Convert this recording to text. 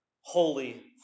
holy